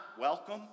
welcome